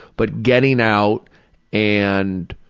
but getting out and